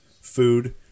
food